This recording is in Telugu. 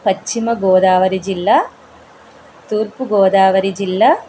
పశ్చిమగోదావరి జిల్లా తూర్పుగోదావరి జిల్లా